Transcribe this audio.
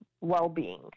well-being